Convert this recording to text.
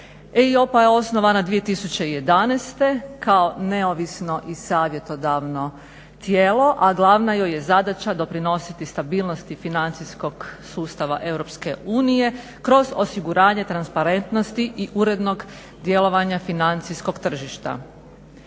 EIOPA je osnovana 2011. kao neovisno i savjetodavno tijelo, a glavna joj je zadaća doprinositi stabilnosti financijskog sustava EU kroz osiguranje transparentnosti i urednog djelovanja financijskog tržišta.